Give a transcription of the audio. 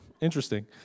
Interesting